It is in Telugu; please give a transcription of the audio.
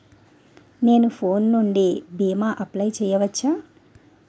నేను ఫోన్ నుండి భీమా అప్లయ్ చేయవచ్చా?